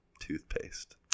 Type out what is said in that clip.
Toothpaste